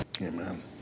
Amen